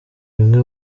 bimwe